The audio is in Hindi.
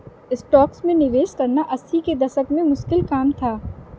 स्टॉक्स में निवेश करना अस्सी के दशक में मुश्किल काम था